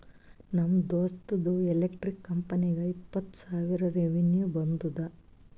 ನಮ್ ದೋಸ್ತ್ದು ಎಲೆಕ್ಟ್ರಿಕ್ ಕಂಪನಿಗ ಇಪ್ಪತ್ತ್ ಸಾವಿರ ರೆವೆನ್ಯೂ ಬಂದುದ